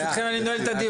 ברשותכם, אני נועל את הדיון.